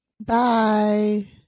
bye